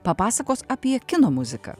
papasakos apie kino muziką